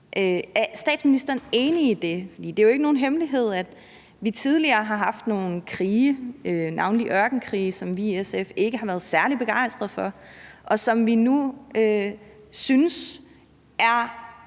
Er statsministeren enig i det? For det er jo ikke nogen hemmelighed, at vi tidligere har haft nogle krige, navnlig ørkenkrige, som vi i SF ikke har været særlig begejstrede for, og som vi nu synes er